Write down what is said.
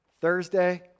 Thursday